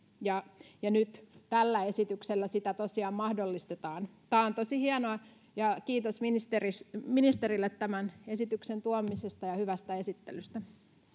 ja ja nyt tällä esityksellä sitä tosiaan mahdollistetaan tämä on tosi hienoa ja kiitos ministerille tämän esityksen tuomisesta ja hyvästä esittelystä